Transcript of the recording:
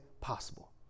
possible